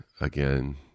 again